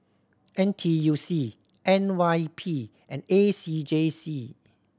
N T U C N Y P and A C J C